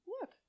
Look